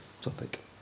topic